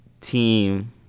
team